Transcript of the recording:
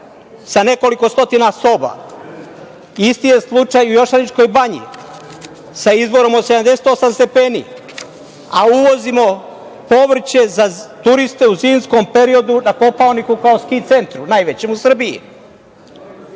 sa nekoliko stotina soba. Isti je slučaj i Jošaničkoj banji sa izvorom od 78 stepeni, a uvozimo povrće za turiste u zimskom periodu na Kopaoniku, kao ski centru najvećem u Srbiji.